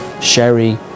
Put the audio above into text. sherry